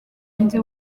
undi